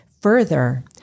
Further